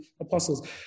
apostles